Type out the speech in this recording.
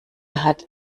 hat